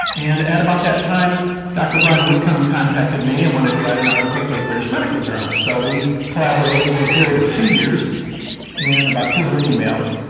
and at about that time dr brian witcombe contacted me and wanted to write an article for the british medical journal, so we collaborated over a period of two years and about two hundred emails.